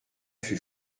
fut